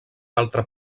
altre